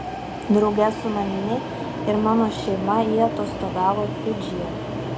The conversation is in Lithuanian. drauge su manimi ir mano šeima ji atostogavo fidžyje